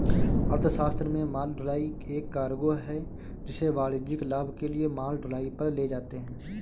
अर्थशास्त्र में माल ढुलाई एक कार्गो है जिसे वाणिज्यिक लाभ के लिए माल ढुलाई पर ले जाते है